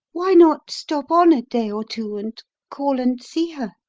why not stop on a day or two and call and see her?